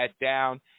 down